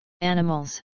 animals